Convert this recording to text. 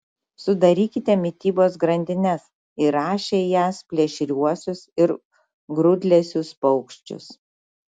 sudarykite mitybos grandines įrašę į jas plėšriuosius ir grūdlesius paukščius